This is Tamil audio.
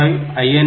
5 5